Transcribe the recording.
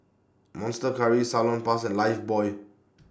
Monster Curry Salonpas and Lifebuoy